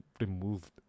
removed